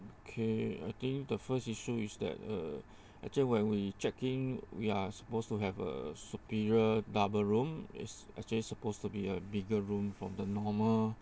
okay I think the first issue is that uh actually when we check in we are supposed to have a superior double room is actually supposed to be a bigger room from the normal